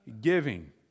giving